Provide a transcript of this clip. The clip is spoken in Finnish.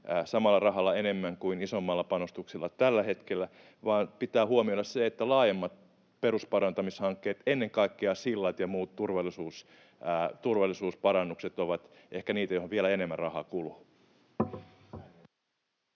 samalla rahalla enemmän kuin isommalla panostuksella tällä hetkellä — vaan pitää huomioida se, että laajemmat perusparantamishankkeet, ennen kaikkea sillat ja muut turvallisuusparannukset, ovat ehkä niitä, joihin vielä enemmän rahaa kuluu.